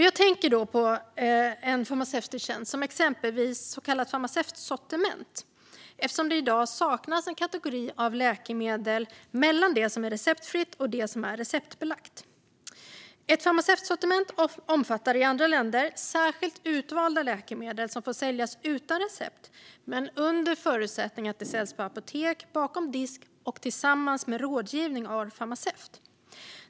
Jag tänker då exempelvis på ett så kallat farmaceutsortiment eftersom det i dag saknas en kategori av läkemedel mellan det som är receptfritt och det som är receptbelagt. Ett farmaceutsortiment omfattar i andra länder särskilt utvalda läkemedel som får säljas utan recept under förutsättning att de säljs på apotek bakom disk och tillsammans med rådgivning av farmaceut.